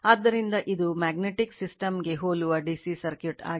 ಆದ್ದರಿಂದ ಇದು magnetic ಗೆ ಹೋಲುವ DC ಸರ್ಕ್ಯೂಟ್ ಆಗಿದೆ